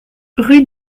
rue